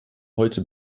heute